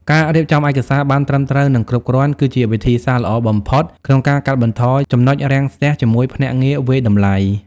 ការរៀបចំឯកសារបានត្រឹមត្រូវ និងគ្រប់គ្រាន់ គឺជាវិធីសាស្ត្រល្អបំផុតក្នុងការកាត់បន្ថយ ចំណុចរាំងស្ទះ ជាមួយភ្នាក់ងារវាយតម្លៃ។